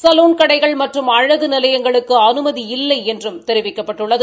salon கடைகள் மற்றும் அழகு நிலையங்களுக்கு அனுமதி இல்லை என்றும் தெரிவிக்கப்பட்டுள்ளது